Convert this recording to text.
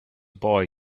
boy